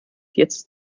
jetzt